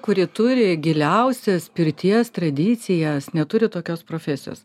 kuri turi giliausias pirties tradicijas neturi tokios profesijos